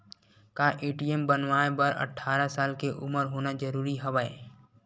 का ए.टी.एम बनवाय बर अट्ठारह साल के उपर होना जरूरी हवय?